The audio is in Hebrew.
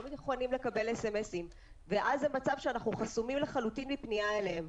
מוכנים לקבל SMS. ואז נוצר מצב שאנחנו חסומים לחלוטין מפניה אליהם.